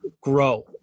grow